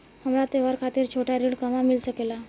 हमरा त्योहार खातिर छोटा ऋण कहवा मिल सकेला?